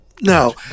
No